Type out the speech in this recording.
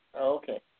Okay